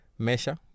measure